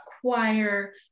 choir